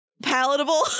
palatable